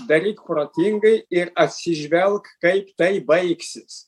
daryk protingai ir atsižvelk kaip tai baigsis